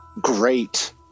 great